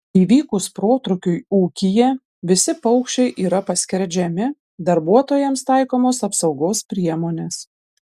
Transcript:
įvykus protrūkiui ūkyje visi paukščiai yra paskerdžiami darbuotojams taikomos apsaugos priemonės